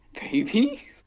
Baby